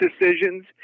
decisions